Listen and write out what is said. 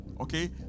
Okay